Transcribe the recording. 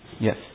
yes